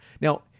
Now